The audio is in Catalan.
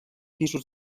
pisos